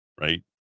right